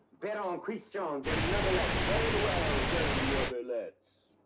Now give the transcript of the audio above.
baron um christian de neuvillette. very well, de neuvillette.